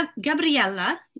Gabriella